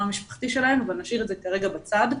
המשפחתי שלהם אבל נשאיר את זה כרגע בצד,